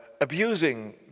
abusing